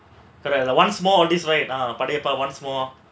correct lah once more Padaiyappa once more